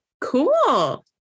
Cool